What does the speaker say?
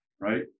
right